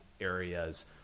areas